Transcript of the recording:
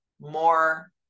more